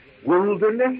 Wilderness